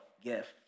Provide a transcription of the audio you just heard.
gift